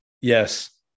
Yes